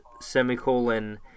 semicolon